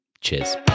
Cheers